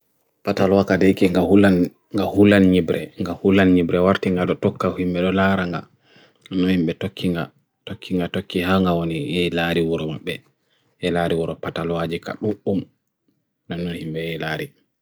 pataloa ka deike nga hulan nyebre, nga hulan nyebre war tinga do toka huime lo laranga nanuhime toki nga, toki nga toki hanga oni e ilari waro magbe e ilari waro pataloa jika mu'um nanuhime e ilari